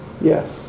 Yes